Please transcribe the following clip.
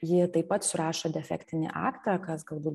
ji taip pat surašo defektinį aktą kas galbūt